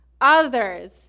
others